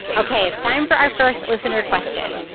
ok. it's time for our first listener question.